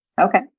Okay